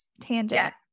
tangent